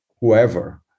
whoever